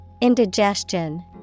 Indigestion